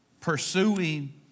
pursuing